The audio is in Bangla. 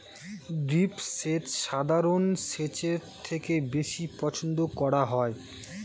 ড্রিপ সেচ সাধারণ সেচের থেকে বেশি পছন্দ করা হয়